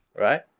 Right